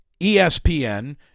ESPN